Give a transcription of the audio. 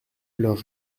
leur